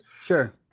Sure